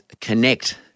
connect